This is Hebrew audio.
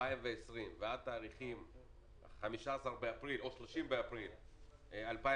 2020 ועד התאריכים 15 באפריל או 30 באפריל 2020,